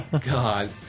god